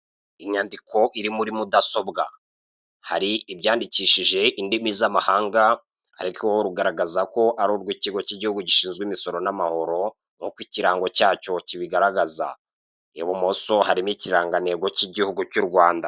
Inyandiko iri muri mudasobwa, hari ibyandikishije indimi z'amahanga. Ariko rugaragaza ko arurw'ikigo cy'igihugu gishinzwe imisoro n'amahoro nkuko ikirango cyacyo kibigaragaza. ibumoso harimo ikirangantego cy'igihugu cy'u Rwanda.